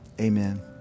amen